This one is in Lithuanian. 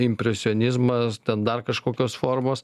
impresionizmas ten dar kažkokios formos